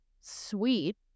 sweet